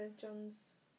John's